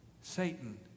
Satan